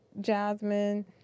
Jasmine